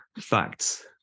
facts